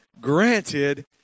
granted